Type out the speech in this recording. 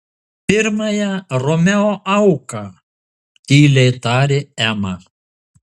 pirmąją romeo auką tyliai tarė ema